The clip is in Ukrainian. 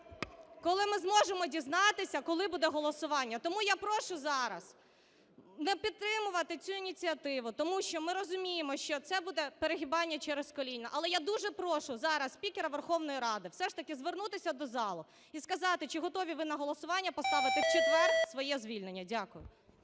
коли ми зможемо дізнатися, коли буде голосування. Тому я прошу зараз не підтримувати цю ініціативу, тому що ми розуміємо, що це буде перегибання через коліно. Але я дуже прошу зараз спікера Верховної Ради все ж таки звернутися до залу і сказати, чи готові ви на голосування поставити в четвер своє звільнення. Дякую.